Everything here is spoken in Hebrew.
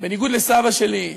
בניגוד לסבא שלי,